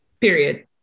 Period